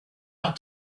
out